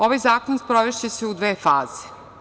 Ovaj zakon sprovešće se u dve faze.